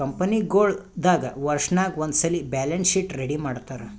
ಕಂಪನಿಗೊಳ್ ದಾಗ್ ವರ್ಷನಾಗ್ ಒಂದ್ಸಲ್ಲಿ ಬ್ಯಾಲೆನ್ಸ್ ಶೀಟ್ ರೆಡಿ ಮಾಡ್ತಾರ್